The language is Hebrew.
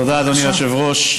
תודה, אדוני היושב-ראש.